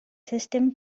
system